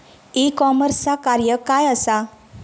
E कॉमर्सचा कार्य काय असा?